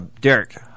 Derek